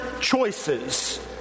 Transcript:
choices